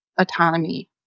Autonomy